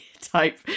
type